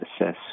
assess